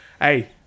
hey